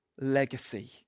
legacy